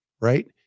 right